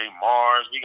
Mars